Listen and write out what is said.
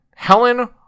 Helen